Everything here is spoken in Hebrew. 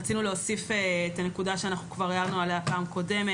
רצינו להוסיף את הנקודה שכבר הערנו עליה פעם קודמת.